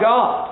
God